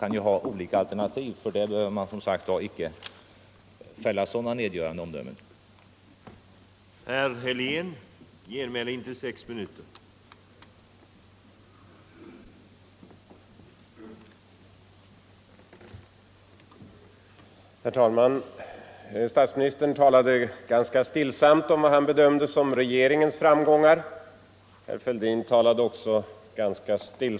Man kan ha olika metoder för att finansiera olika förslag, men fördenskull behöver inte så nedgörande omdömen tillgripas.